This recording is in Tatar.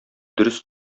дөрес